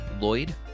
Lloyd